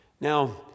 Now